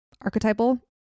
archetypal